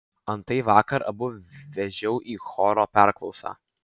antai vakar abu vežiau į chorų perklausą